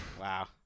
Wow